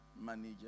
manager